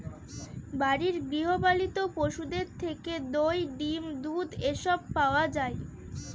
বাড়ির গৃহ পালিত পশুদের থেকে দই, ডিম, দুধ এসব পাওয়া যায়